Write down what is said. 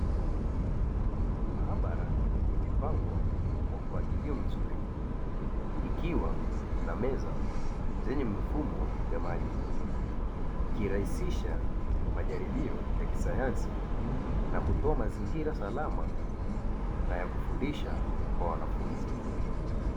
Maabara imepangwa kwa mpangilio mzuri, ikiwa na meza zenye mfumo ya maji. Ikirahisisha majaribio ya kisayansi na kutoa mazingira salama na ya kufundisha kwa wanafunzi.